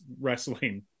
wrestling